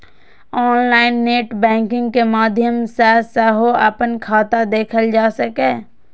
online net banking के माध्यम सं सेहो अपन खाता देखल जा सकैए